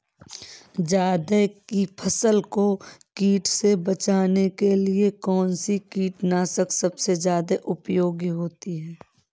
जायद की फसल को कीट से बचाने के लिए कौन से कीटनाशक सबसे ज्यादा उपयोगी होती है?